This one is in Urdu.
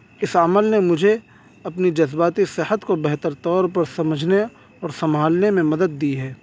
اس عمل نے مجھے اپنی جذباتی صحت کو بہتر طور پر سمجھنے اور سنبھالنے میں مدد دی ہے